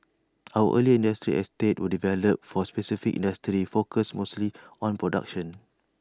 our earlier industrial estates were developed for specific industries focused mostly on production